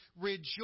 rejoice